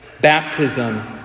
Baptism